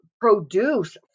produce